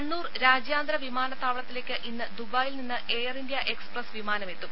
കണ്ണൂർ രാജ്യാന്തര വിമാനത്താവളത്തിലേക്ക് ഇന്ന് ദുബായിൽ നിന്ന് എയർ ഇന്ത്യ എക്സ്പ്രസ് വിമാനം എത്തും